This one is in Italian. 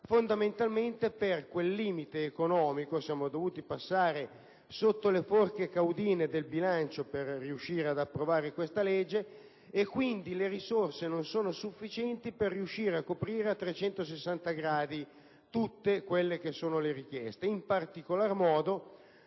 fondamentalmente per quel limite economico - siamo dovuti passare sotto le forche caudine del bilancio per riuscire ad approvarla - e quindi le risorse non sono sufficienti per riuscire a coprire a 360 gradi tutte le richieste. In particolar modo,